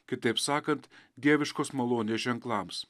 kitaip sakant dieviškos malonės ženklams